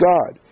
God